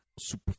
super